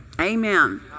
Amen